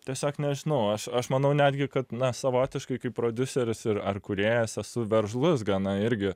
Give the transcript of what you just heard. tiesiog nežinau aš aš manau netgi kad na savotiškai kaip prodiuseris ir ar kūrėjas esu veržlus gana irgi